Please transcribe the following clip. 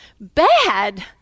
bad